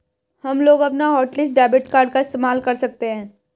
हमलोग अपना hotlist debit card का इस्तेमाल कर सकते हैं